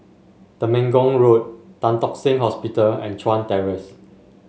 Temenggong Road Tan Tock Seng Hospital and Chuan Terrace